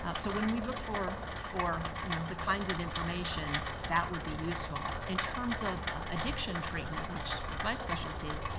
so when we look for for you know the kinds of information that would be useful. in terms of addiction treatment, which is my specialty,